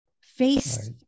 face